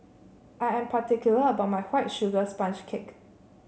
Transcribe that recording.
I am particular about my White Sugar Sponge Cake